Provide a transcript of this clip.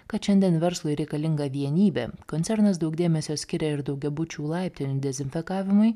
kad šiandien verslui reikalinga vienybė koncernas daug dėmesio skiria ir daugiabučių laiptinių dezinfekavimui